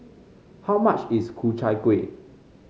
how much is Ku Chai Kuih